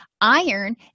Iron